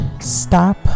stop